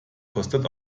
kostet